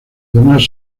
demás